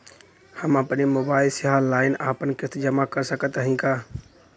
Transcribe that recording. हम अपने मोबाइल से ऑनलाइन आपन किस्त जमा कर सकत हई का?